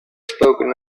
spoken